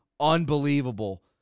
Unbelievable